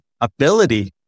ability